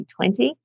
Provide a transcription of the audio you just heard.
2020